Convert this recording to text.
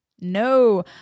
No